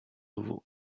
nouveau